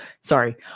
Sorry